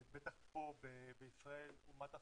בטח פה בישראל, אומת הסטרטאפ,